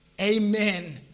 Amen